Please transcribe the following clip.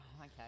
Okay